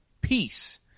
peace